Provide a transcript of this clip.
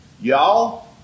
Y'all